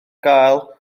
gael